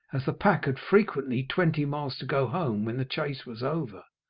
as the pack had frequently twenty miles to go home when the chase was over.